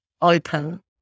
open